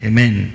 Amen